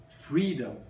freedom